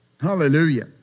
Hallelujah